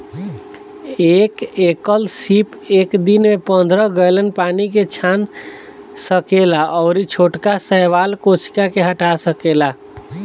एक एकल सीप एक दिन में पंद्रह गैलन पानी के छान सकेला अउरी छोटका शैवाल कोशिका के हटा सकेला